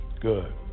Good